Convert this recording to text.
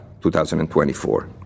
2024